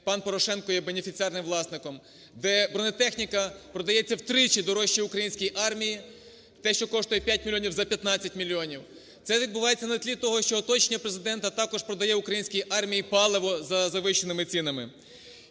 пан Порошенко є бенефіціарним власником, де бронетехніка продається втричі дорожче українській армії те, що коштує 5 мільйонів, за 15 мільйонів, це відбувається на тлі того, що оточення Президента також продає українській армії паливо за завищеними цінами.